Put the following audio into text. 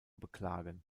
beklagen